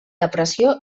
depressió